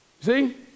See